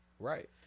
Right